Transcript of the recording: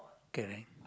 okay